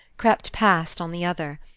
crept past on the other.